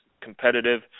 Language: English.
competitive